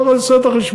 כל אחד עושה את החשבון.